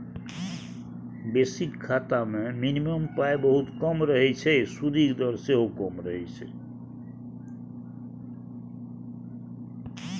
basic खाता मे minimum पाइ बहुत कम रहय छै सुदिक दर सेहो कम रहय छै